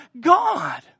God